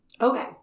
Okay